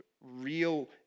real